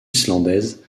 islandaise